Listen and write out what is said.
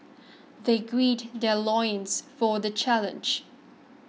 they grilled their loins for the challenge